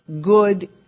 good